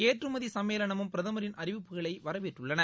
ஏற்றுமதி சும்மேளனமும் பிரதமரின் அறிவிப்புகளை வரவேற்றுள்ளது